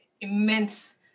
immense